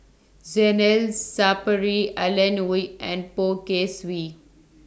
Zainal Sapari Alan Wein and Poh Kay Swee